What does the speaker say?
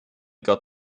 got